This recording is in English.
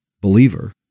Believer